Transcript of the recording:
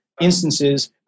instances